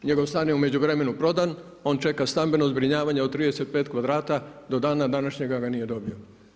Njegov stan je u međuvremenu prodan, on čeka stambeno zbrinjavanja od 35 kvadrata, do dana današnjega nije ga dobio.